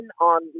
on